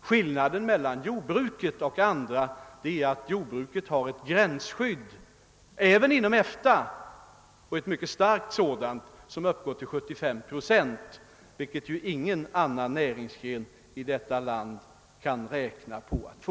Skillnaden mellan jordbruket och andra näringar är att jordbruket har ett gränsskydd, även inom EFTA, och ett mycket starkt sådant som uppgår till 75 procent, vilket ju ingen annan näringsgren i detta land kan räkna med att få.